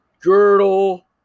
girdle